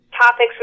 topics